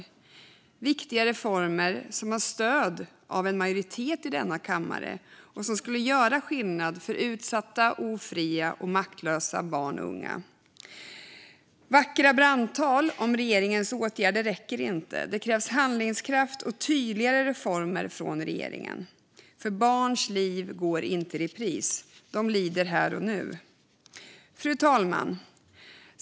Det handlar om viktiga reformer som har stöd av en majoritet i denna kammare och som skulle göra skillnad för utsatta, ofria och maktlösa barn och unga. Vackra brandtal om regeringens åtgärder räcker inte. Det krävs handlingskraft och tydligare reformer från regeringen. Barns liv går inte i repris. De lider här och nu. Fru talman!